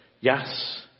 Yes